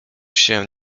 się